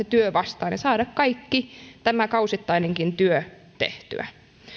työ vastaan ja pitäisi saada kaikki tämä kausittainenkin työ tehtyä